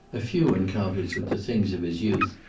a few encounters with the things of his youth,